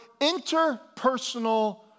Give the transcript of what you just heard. interpersonal